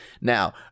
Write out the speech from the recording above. Now